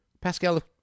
Pascal